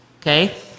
okay